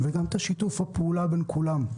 וגם את שיתוף הפעולה בין כולם.